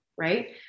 right